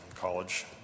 college